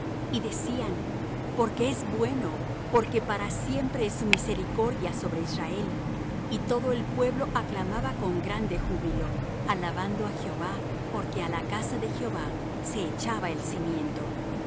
y decían porque es bueno porque para siempre es su misericordia sobre israel y todo el pueblo aclamaba con grande júbilo alabando á jehová porque á la casa de jehová se echaba el cimiento y muchos de